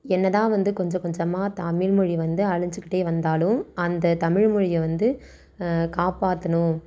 என்னதான் வந்து கொஞ்சம் கொஞ்சமாக தமிழ்மொழி வந்து அழிஞ்சுக்கிட்டே வந்தாலும் அந்த தமிழ்மொழியை வந்து காப்பாற்றணும்